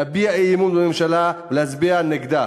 להביע אי-אמון בממשלה ולהצביע נגדה.